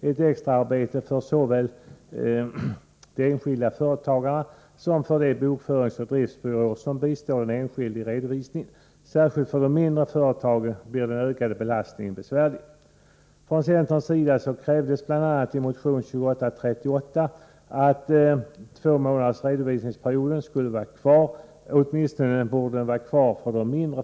Detta extraarbete drabbar såväl den enskilde företagaren som de bokföringsoch driftsbyråer som bistår den enskilde i redovisningsarbetet. Särskilt för de mindre företagen blir den ökade belastningen besvärlig. Från centerns sida krävdes bl.a. i motion 2838 att tvåmånaders redovisningsperioder skulle vara kvar, åtminstone för de mindre företagen.